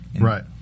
Right